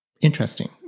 interesting